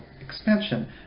expansion